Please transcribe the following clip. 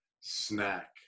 snack